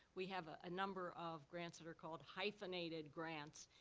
we have a a number of grants that are called hyphenated grants,